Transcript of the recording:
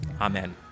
Amen